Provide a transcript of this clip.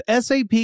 SAP